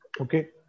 Okay